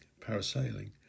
parasailing